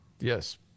Yes